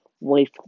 wife